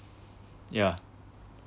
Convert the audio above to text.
yeah